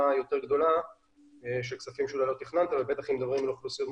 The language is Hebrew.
יותר גדולה של כספים שלא תכננת ובטח אם מדברים על אוכלוסיות מוחלשות,